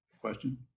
Question